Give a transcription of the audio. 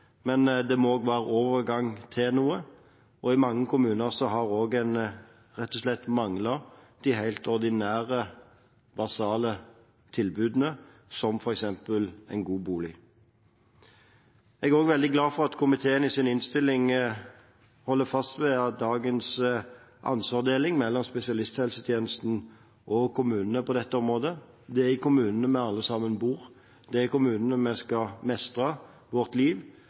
men det må også være en overgang til noe, og mange kommuner har rett og slett manglet de helt ordinære, basale tilbudene, som f.eks. en god bolig. Jeg er også veldig glad for at komiteen i sin innstilling holder fast ved dagens ansvarsfordeling mellom spesialisthelsetjenesten og kommunene på dette området. Det er i kommunene vi alle sammen bor, det er i kommunene vi skal mestre vårt liv,